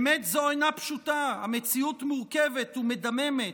אמת זו אינה פשוטה, המציאות מורכבת ומדממת,